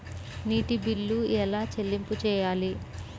నీటి బిల్లు ఎలా చెల్లింపు చేయాలి?